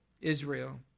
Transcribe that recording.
Israel